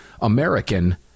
American